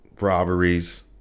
robberies